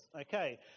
Okay